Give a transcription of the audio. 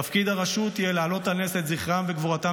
תפקיד הרשות יהיה להעלות על נס את זכרם וגבורתם